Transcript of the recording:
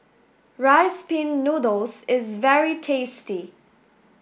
rice pin noodles is very tasty